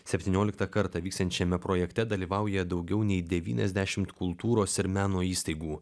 septynioliktą kartą vyksiančiame projekte dalyvauja daugiau nei devyniasdešimt kultūros ir meno įstaigų